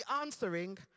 answering